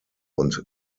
und